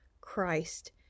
Christ